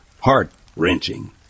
heart-wrenching